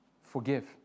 forgive